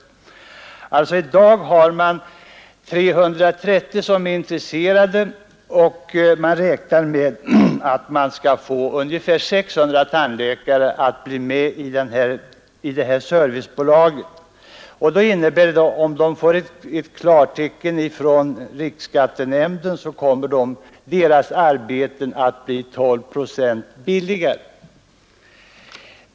Man har i dag 330 tandläkare som intressenter och räknar med att få med ungefär 600 tandläkare i detta servicebolag. Om det bolaget får ett klartecken från riksskattenämnden, kommer dess arbeten att bli 12 procent billigare.